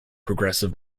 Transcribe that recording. progressive